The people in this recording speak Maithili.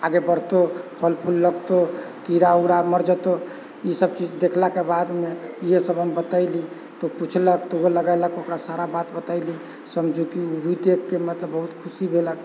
आगे बढ़तौ फल फूल लगतौ कीड़ा उरा मर जेतौ इसभ चीज देखलाके बादमे इएह सभ हम बतैलीह तऽ पुछलक तऽ ओहो लगेलक ओकरा सारा बात बतैलीह समझु कि ओ भी देखके मतलब बहुत खुशी भेलक